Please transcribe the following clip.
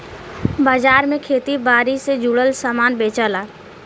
बाजार में खेती बारी से जुड़ल सामान बेचला